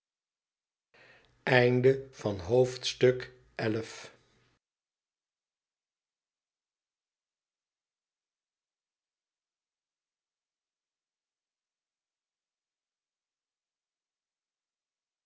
hoofdstuk van het